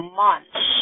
months